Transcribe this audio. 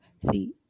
See